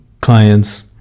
clients